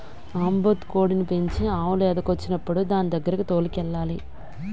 ఆంబోతు కోడిని పెంచి ఆవు లేదకొచ్చినప్పుడు దానిదగ్గరకి తోలుకెళ్లాలి